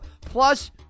Plus